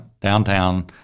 downtown